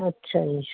ਅੱਛਾ ਜੀ